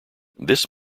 this